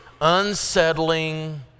unsettling